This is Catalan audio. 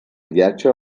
viatge